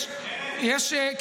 יש,